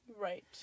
Right